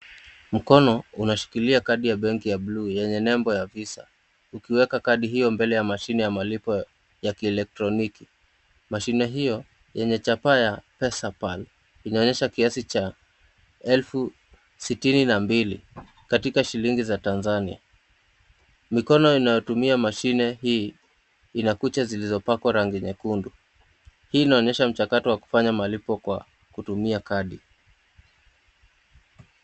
Mkono umeshikilia kadi ya benki ya buluu yenye nembo ya Visa . Ukiweka kadi hiyo mbele ya mashine ya malipo ya kielektroniki. Mashine hiyo, yenye chapa ya PesaPal , inaonyesha kiasi cha elfu sitini na mbili katika shilingi za Tanzania. Mikono inayotumia mashine hii, ina kucha zilizopakwa rangi nyekundu. Hii inaonyesha mchakato wa kufanya malipo kwa kutumia kadi.